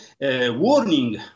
warning